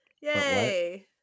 Yay